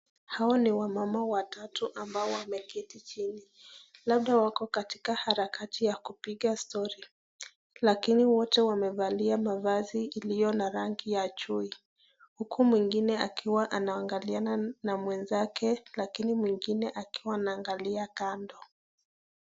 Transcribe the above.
Hawa ni wamama watatu ambao wameketi chini, labda wako katika harakati ya kupiga stori, lakini wote wamevalia mavazi iliyo na rangi ya chui huku mwingine akiwa anaangaliana na mwenzake ,lakini mwingine akiwa anaangalia kando.